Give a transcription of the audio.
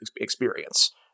experience